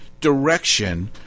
direction